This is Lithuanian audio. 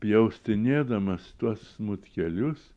pjaustinėdamas tuos smutkelius